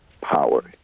power